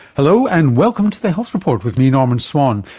hello and welcome to the health report with me, norman swan.